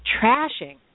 trashing